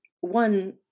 one